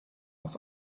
auf